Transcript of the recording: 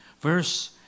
Verse